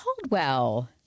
Caldwell